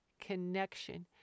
connection